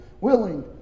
willing